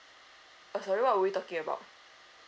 ah sorry what were you talking about